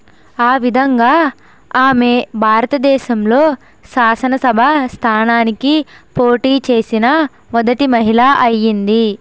ఆ విధంగా ఆమె భారతదేశంలో శాసనసభ స్థానానికి పోటీ చేసిన మొదటి మహిళ అయ్యింది